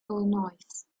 illinois